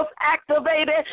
activated